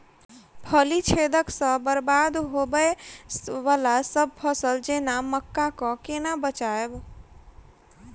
फली छेदक सँ बरबाद होबय वलासभ फसल जेना मक्का कऽ केना बचयब?